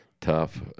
tough